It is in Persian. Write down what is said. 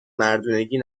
مردونگی